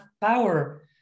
power